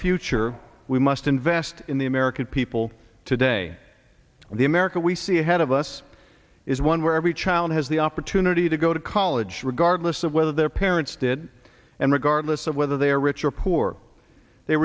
future we must invest in the american people today the america we see ahead of us is one where every child has the opportunity to go to college regardless of whether their parents did and regardless of whether they are rich or poor they